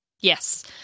yes